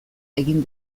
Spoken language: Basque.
egin